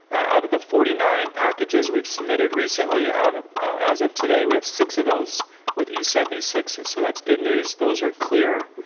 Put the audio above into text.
out of the forty nine packages we've submitted recently out, as of today, we have six of those with e seventy six s. so that's good news. those are clear,